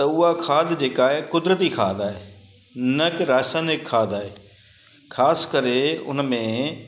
त उहा खाध जेका आहे उहा क़ुदिरती खाध आहे न कि रासायनिक खाध आहे ख़ासि करे हुन में